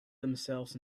themselves